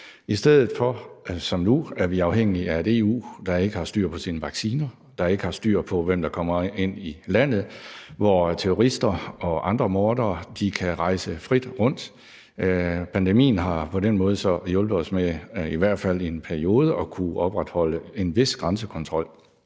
i stedet for som nu at være afhængig af et EU, der ikke har styr på sine vacciner, der ikke har styr på, hvem der kommer ind i landet, hvor terrorister og andre mordere kan rejse frit rundt. Pandemien har på den måde hjulpet os med i hvert fald i en periode at kunne opretholde en vis grænsekontrol,